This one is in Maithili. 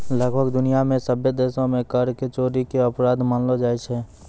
लगभग दुनिया मे सभ्भे देशो मे कर के चोरी के अपराध मानलो जाय छै